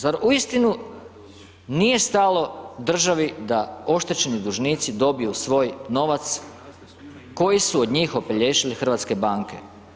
Zar uistinu nije stalo državi da oštećeni dužnici dobiju svoj novac koji su od njih opelješile hrvatske banke.